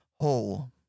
whole